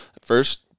first